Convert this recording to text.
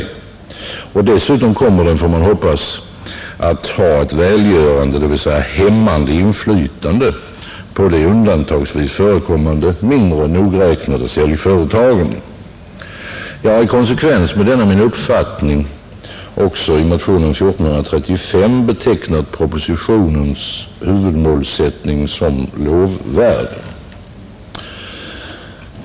Dessutom kommer den, får man hoppas, att ha ett välgörande, dvs. hämmande, inflytande på de undantagsvis förekommande, mindre nogräknade säljföretagen. Jag har i konsekvens med denna min uppfattning också i motionen 1435 betecknat propositionens huvudmålsättning som lovvärd.